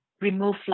remove